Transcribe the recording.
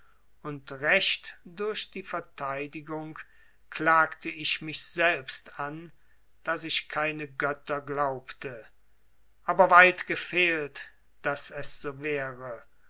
und recht durch die verteidigung klagte ich mich selbst an daß ich keine götter glaubte aber weit gefehlt daß es so wäre